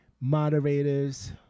moderators